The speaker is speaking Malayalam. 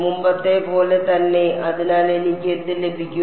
മുമ്പത്തെ പോലെ തന്നെ അതിനാൽ എനിക്ക് എന്ത് ലഭിക്കും